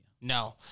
No